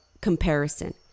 comparison